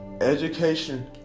Education